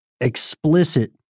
explicit